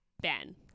Ben